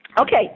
Okay